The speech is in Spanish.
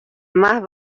más